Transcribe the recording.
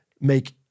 make